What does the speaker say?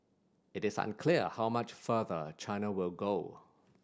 it is unclear how much farther China will go